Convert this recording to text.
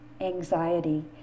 anxiety